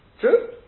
True